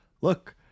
Look